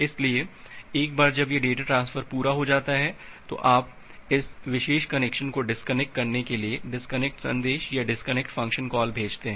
इसलिए एक बार जब यह डेटा ट्रांसफर पूरा हो जाता है तो आप इस विशेष कनेक्शन को डिस्कनेक्ट करने के लिए डिस्कनेक्ट संदेश या डिस्कनेक्ट फ़ंक्शन कॉल भेजते हैं